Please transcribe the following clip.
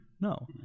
no